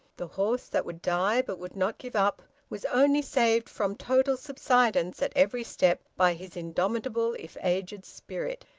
the horse that would die but would not give up, was only saved from total subsidence at every step by his indomitable if aged spirit.